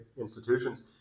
institutions